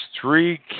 three